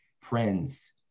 friends